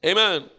Amen